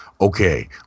okay